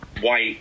white